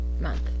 month